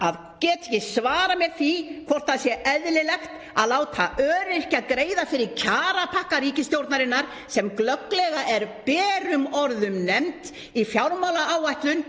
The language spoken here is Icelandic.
að geta ekki svarað mér því hvort það sé eðlilegt að láta öryrkja greiða fyrir kjarapakka ríkisstjórnarinnar, sem glögglega er berum orðum nefnt í fjármálaáætlun